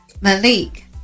Malik